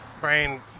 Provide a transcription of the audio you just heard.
brain